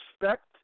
respect